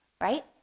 right